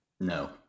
No